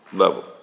level